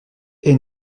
est